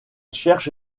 cherche